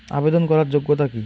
আবেদন করার যোগ্যতা কি?